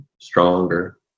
stronger